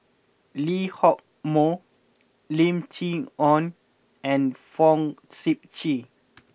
Lee Hock Moh Lim Chee Onn and Fong Sip Chee